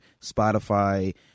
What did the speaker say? Spotify